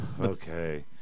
okay